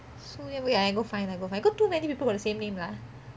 surya movie I go find I go find because too many people got the same name lah